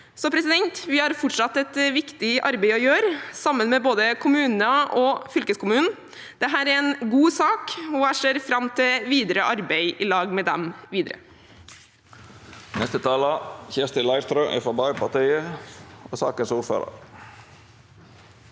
er et sidespor. Vi har fortsatt et viktig arbeid å gjøre sammen med både kommuner og fylkeskommunen. Dette er en god sak, og jeg ser fram til videre arbeid. Kirsti Leirtrø